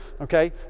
okay